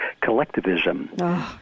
collectivism